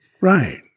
Right